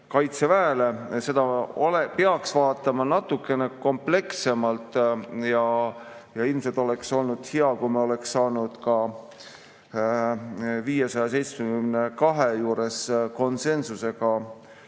Kaitseväele. Seda peaks vaatama natukene komplekssemalt ja ilmselt oleks olnud hea, kui me oleksime saanud ka 572 juures konsensusega